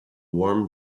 warm